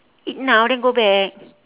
eat now then go back